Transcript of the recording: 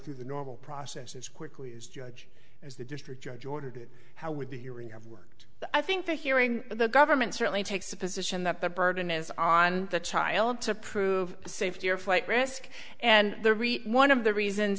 through the normal process as quickly as judge as the district judge ordered it how would the hearing have worked i think that hearing the government certainly takes a position that the burden is on the child to prove safety or flight risk and the read one of the reasons